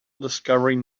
discovering